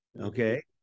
okay